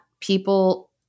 people